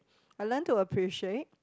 I learn to appreciate